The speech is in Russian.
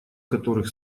которых